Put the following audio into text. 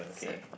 seven